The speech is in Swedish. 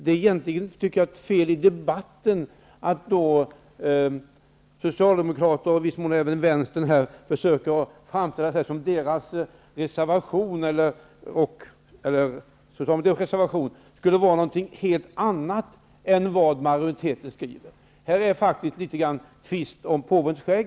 Det blir egentligen fel i debatten när Socialdemokraterna och i viss mån Vänstern försöker framställa det som att Socialdemokraternas reservation skulle gå ut på något helt annat än majoritetsskrivningen. Detta är något av en tvist om påvens skägg.